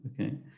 okay